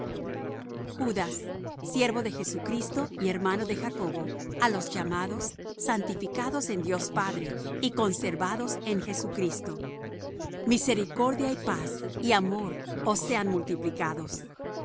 judas siervo de jesucristo y hermano de jacobo á los llamados santificados en dios padre y conservados en jesucristo misericordia y paz y amor os sean multiplicados